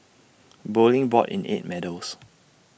bowling brought in eight medals